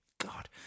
God